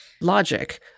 logic